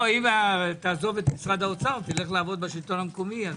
אם תעזוב את משרד האוצר, תלך לעבוד בשלטון המקומי.